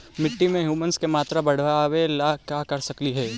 मिट्टी में ह्यूमस के मात्रा बढ़ावे ला का कर सकली हे?